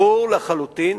ברור לחלוטין